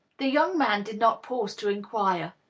the young man did not pause to inquire.